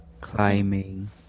climbing